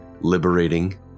Liberating